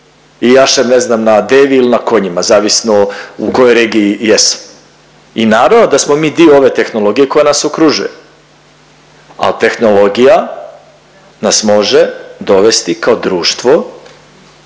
i jašem ne znam na devi ili na kojima, zavisno u kojoj regiji jesam i naravno da smo dio ove tehnologije koja nas okružuje al tehnologija nas može dovesti kao društvo